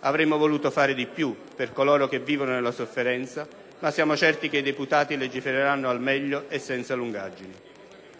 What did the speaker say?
Avremmo voluto fare di più per coloro che vivono nella sofferenza, ma siamo certi che i deputati legifereranno al meglio e senza lungaggini.